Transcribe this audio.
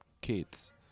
kids